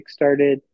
kickstarted